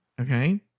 Okay